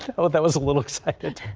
oh that was a little expected.